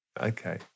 Okay